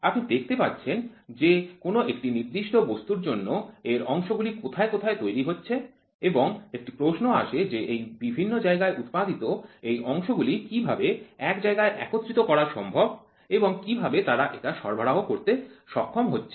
আপনি দেখতে পাচ্ছেন যে কোন একটি নির্দিষ্ট বস্তুর জন্য এর অংশগুলি কোথায় কোথায় তৈরি হচ্ছে এবং একটি প্রশ্ন আসে যে এই বিভিন্ন জায়গায় উৎপাদিত এই অংশগুলি কিভাবে এক জায়গায় একত্রিত করা সম্ভব এবং কিভাবে তারা এটা সরবরাহ করতে সক্ষম হচ্ছে